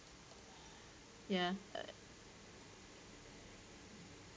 ya uh